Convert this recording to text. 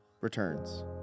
returns